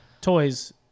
toys